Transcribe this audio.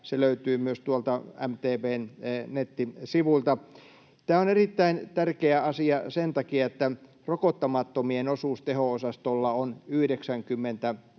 se löytyy myös tuolta MTV:n nettisivuilta. Tämä on erittäin tärkeä asia sen takia, että rokottamattomien osuus teho-osastolla on 90